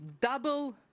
double